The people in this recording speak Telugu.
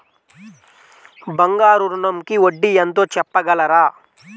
బంగారు ఋణంకి వడ్డీ ఎంతో చెప్పగలరా?